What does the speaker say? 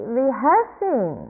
rehearsing